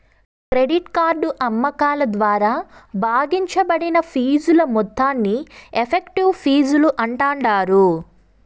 credit card అమ్మకాల ద్వారా భాగించబడిన ఫీజుల మొత్తాన్ని ఎఫెక్టివ్ ఫీజులు అంటాండారు